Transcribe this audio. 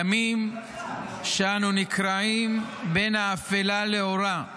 ימים שבהם אנו נקרעים בין האפלה לאורה.